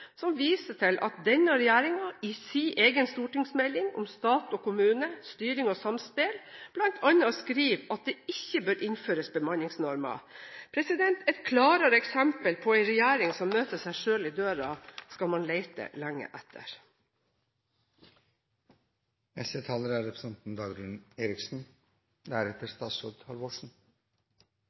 som viser til at denne regjeringen i sin egen stortingsmelding om Stat og kommune – styring og samspel bl.a. skriver at det ikke bør innføres bemanningsnormer. Et klarere eksempel på en regjering som møter seg selv i døra, skal man lete lenge etter. Som mange representanter og saksordføreren har klargjort før meg, er